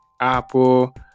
Apple